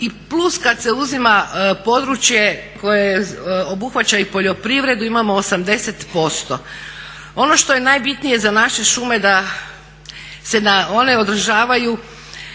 i plus kada se uzima područje koje obuhvaća i poljoprivredu imamo 80%. Ono što je najbitnije za naše šume da se one održavaju